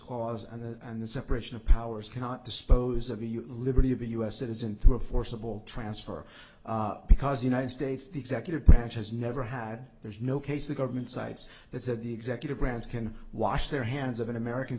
clause and the and the separation of powers cannot dispose of the liberty of a u s citizen to a forcible transfer because the united states the executive branch has never had there's no case the government sites that said the executive branch can wash their hands of an american